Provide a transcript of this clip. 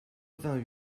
vingt